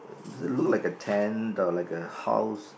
does it look like a tent or like a house